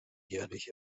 jährlich